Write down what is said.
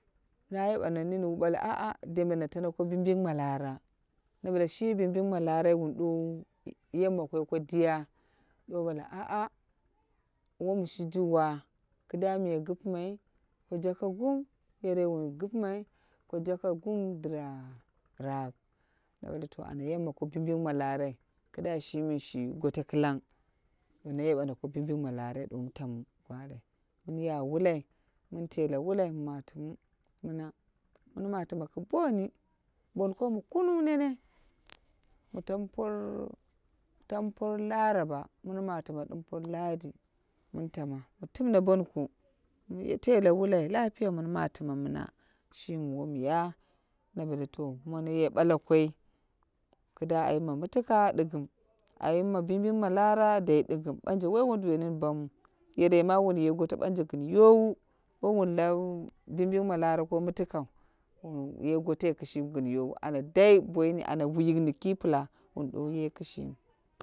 Na yebena nini wu bale a'a dembe na tano ko bimbing ma lara. Na bale shi bimbing ma lara wun duwowu yemma koi ko diya? Duwowu bale a'a wom shiji wa ki da miya gipimai ko jaka gum yerei wun gipimai ko jaka gum dira rap, na bale to ana yemma ko bimbing ma larai, kiduwa shimi shi goto kilang. Duwono yeweno ko bimbing ma larai duwo mu tamu gorai. Min ya wulai mun tela wulai mu matimu mina min matima ki boni bonkomu kunung nene. Mu tam por kiraba to min matina dim por lahadi min tama. Mi timne bonko mi telewulai lafiya min matima mina, shimi wom ya na bale to mone ye ɓala koi ki da aiyim ma mitika digim aiyim ma bimbing ma lara dai digim ɓanje woi wonduwai nini bamwu yerei ma wun ye gotoi banje gin yowu wowun lau bimbing ma lara ko mitikau weun ye gotoi. Kishimi gin yowu uana dai ana wuyuk ki pila wun duwowu ye kishimi.